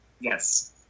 yes